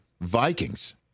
Vikings